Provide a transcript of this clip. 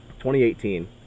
2018